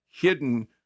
hidden